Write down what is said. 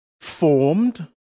formed